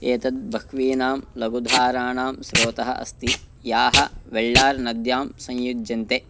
एतद् बह्वीनां लगुधाराणां स्रोतः अस्ति याः वेळ्ळार् नद्यां संयुज्यन्ते